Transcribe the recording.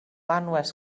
anwes